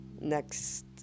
next